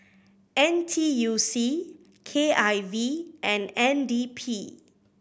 N T U C K I V and N D P